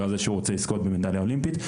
על זה שהוא רוצה לזכות במדליה אולימפית,